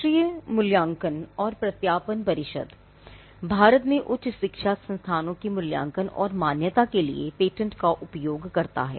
राष्ट्रीय मूल्यांकन और प्रत्यायन परिषद भारत में उच्च शिक्षा संस्थानों के मूल्यांकन और मान्यता के लिए पेटेंट का उपयोग करता है